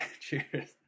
Cheers